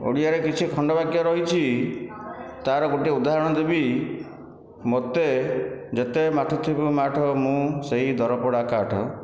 ଓଡ଼ିଆରେ କିଛି ଖଣ୍ଡବାକ୍ୟ ରହିଛି ତା'ର ଗୋଟିଏ ଉଦାହରଣ ଦେବି ମୋତେ ଯେତେ ମାଠୁଥିବ ମାଠ ମୁଁ ସେହି ଦରପୋଡ଼ା କାଠ